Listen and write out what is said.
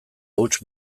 huts